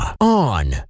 on